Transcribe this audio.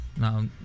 Now